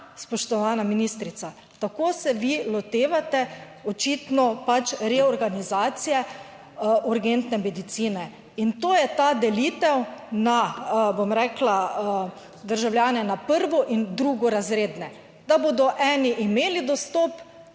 spoštovana ministrica, tako se vi lotevate očitno pač reorganizacije urgentne medicine in to je ta delitev na, bom rekla, državljane na prvo in drugorazredne, da bodo eni imeli dostop,